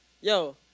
yo